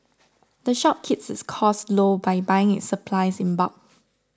the shop keeps its costs low by buying its supplies in bulk